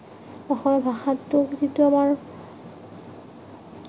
অসমীয়া ভাষাটো যিটো এটা